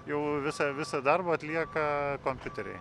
jau visą visą darbą atlieka kompiuteriai